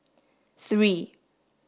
three